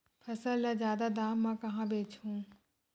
फसल ल जादा दाम म कहां बेचहु?